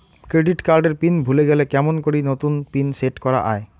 Credit card এর pin ভুলে গেলে কেমন করি নতুন পিন সেট করা য়ায়?